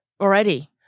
already